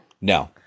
No